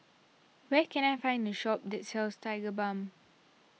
where can I find a shop that sells Tigerbalm